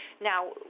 Now